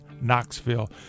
Knoxville